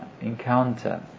encounter